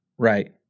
Right